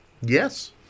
Yes